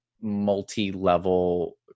multi-level